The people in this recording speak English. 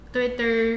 Twitter